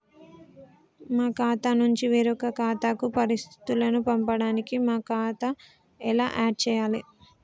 మా ఖాతా నుంచి వేరొక ఖాతాకు పరిస్థితులను పంపడానికి మా ఖాతా ఎలా ఆడ్ చేయాలి?